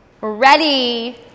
ready